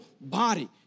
body